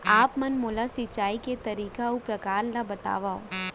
आप मन मोला सिंचाई के तरीका अऊ प्रकार ल बतावव?